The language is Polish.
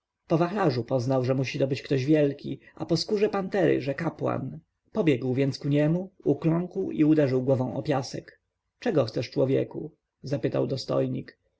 po wachlarzu poznał że musi to być ktoś wielki a po skórze pantery że kapłan pobiegł więc ku niemu ukląkł i uderzył głową o piasek czego chcesz człowieku zapytał dostojnik